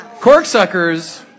Corksuckers